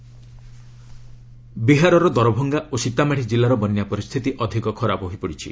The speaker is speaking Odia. ବିହାର ଫ୍ଲଡ ବିହାରର ଦରଭଙ୍ଗା ଓ ସୀତାମାଡ଼ି ଜିଲ୍ଲାର ବନ୍ୟା ପରିସ୍ଥିତି ଅଧିକ ଖରାପ ହୋଇପଡିଛି